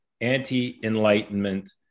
anti-Enlightenment